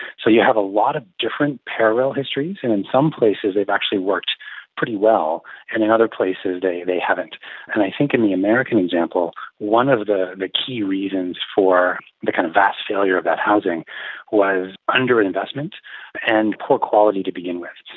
so you have a lot of different parallel histories, and in some places they've actually worked pretty well and in other places they haven't. and i think in the american example, one of the the key reasons for the kind of vast failure of that housing was underinvestment and poor quality to begin with.